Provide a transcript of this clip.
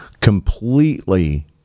completely